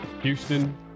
Houston